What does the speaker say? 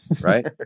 right